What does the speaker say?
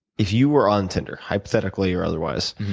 if you were on tinder, hypothetically, or otherwise,